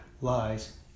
lies